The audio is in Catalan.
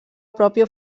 pròpia